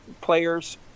players